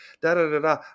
da-da-da-da